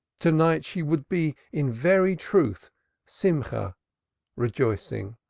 to-night she would be in very truth simcha rejoicing.